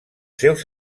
seus